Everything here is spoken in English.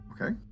Okay